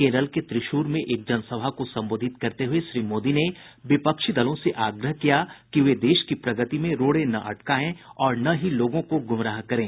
केरल में त्रिश्शूर में एक जनसभा को संबोधित करते हुए श्री मोदी ने विपक्षी दलों से आग्रह किया कि वे देश की प्रगति में रोड़े न अटकाएं और न ही लोगों को गुमराह करें